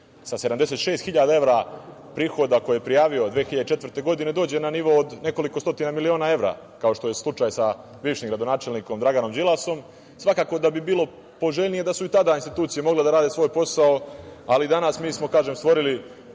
sa 76 hiljada evra prihoda, koji je prijavio 2004. godine, dođe na nivo od nekoliko stotina miliona evra, kao što je slučaj sa bivšim gradonačelnikom Draganom Đilasom. Svakako da bi bilo poželjnije da su i tada institucije mogle da rade svoj posao, ali danas mi smo kažem stvorili